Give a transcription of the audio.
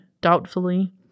doubtfully